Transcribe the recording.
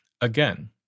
Again